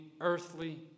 earthly